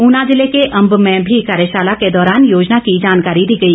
ऊना जिले के अम्ब में भी कार्यशाला के दौरान योजना की जानकारी दी गई